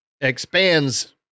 expands